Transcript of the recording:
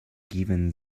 given